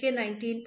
र gravity